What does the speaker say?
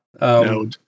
No